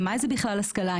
מה היא בכלל השכלה?